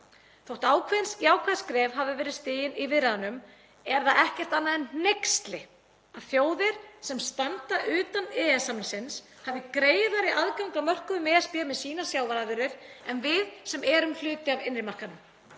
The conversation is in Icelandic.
Þótt ákveðin jákvæð skref hafi verið stigin í viðræðunum er það ekkert annað en hneyksli að þjóðir sem standa utan EES samningsins hafi greiðari aðgang að mörkuðum ESB með sínar sjávarafurðir en við sem erum hluti af innri markaðnum.